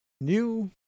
New